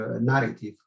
narrative